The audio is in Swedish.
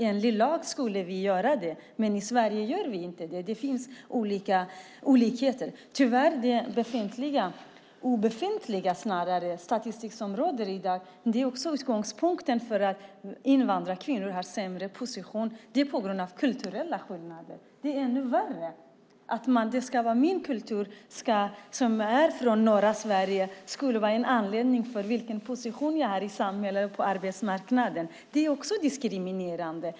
Enligt lag skulle vi göra det, men i Sverige gör vi inte det. Det finns olikheter. Den obefintliga statistik som finns i dag är också utgångspunkten för att invandrarkvinnor har en sämre position. Så är det på grund av kulturella skillnader. Det är ännu värre att min kultur, som är från norra Sverige, skulle vara en anledning till vilken position jag har i samhället och på arbetsmarknaden. Det är också diskriminerande.